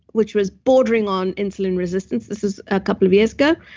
which was bordering on insulin resistance. this is a couple of years ago.